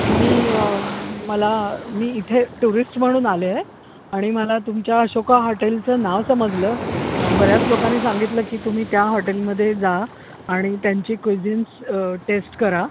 मी मला मी इथे टूरिस्ट म्हणून आले आहे आणि मला तुमच्या अशोका हॉटेलचं नाव समजलं बऱ्याच लोकांनी सांगितलं की तुम्ही त्या हॉटेलमध्ये जा आणि त्यांची क्विझिन्स टेस्ट करा